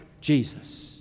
Jesus